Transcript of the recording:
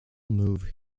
move